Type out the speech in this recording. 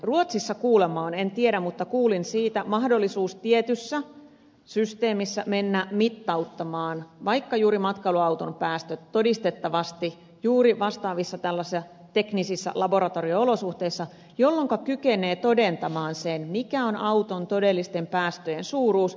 ruotsissa kuulemma on en tiedä mutta kuulin siitä mahdollisuus tietyssä systeemissä mennä mittauttamaan vaikka juuri matkailuauton päästöt todistettavasti juuri tällaisissa vastaavissa teknisissä laboratorio olosuhteissa jolloinka kykenee todentamaan sen mikä on auton todellisten päästöjen suuruus